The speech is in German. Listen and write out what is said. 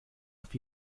auf